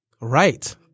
right